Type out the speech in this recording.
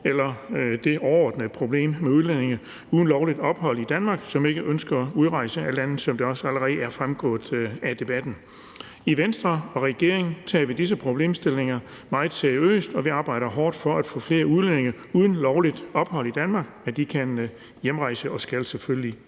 eller det overordnede problem med udlændinge uden lovligt ophold i Danmark, som ikke ønsker at udrejse af landet, som det også allerede er fremgået af debatten. I Venstre og regeringen tager vi disse problemstillinger meget seriøst, og vi arbejder hårdt for, at flere udlændinge uden lovligt ophold i Danmark kan hjemrejse. De skal selvfølgelig